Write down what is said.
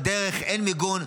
בדרך אין מיגון,